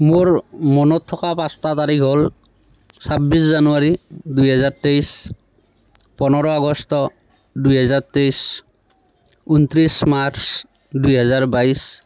মোৰ মনত থকা পাঁচটা তাৰিখ হ'ল ছাবিছ জানুৱাৰী দুই হেজাৰ তেইছ পোন্ধৰ আগষ্ট দুই হেজাৰ তেইছ ঊনত্ৰিছ মাৰ্চ দুই হেজাৰ বাইছ